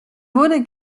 wurde